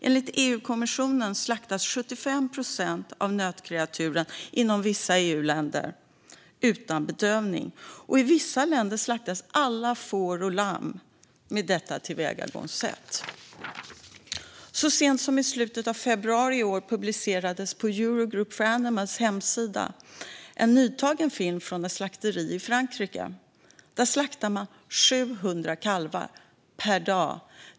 Enligt EU-kommissionen slaktas 75 procent av nötkreaturen inom vissa EU-länder utan bedövning, och i vissa länder slaktas alla får och lamm med detta tillvägagångssätt. Så sent som i slutet av februari i år publicerades på Eurogroup for Animals hemsida en nytagen film från ett slakteri i Frankrike. Där slaktar man 700 kalvar per dag.